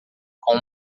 com